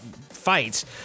fights